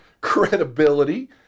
credibility